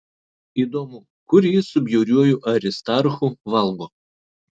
įdomu kur jis su bjauriuoju aristarchu valgo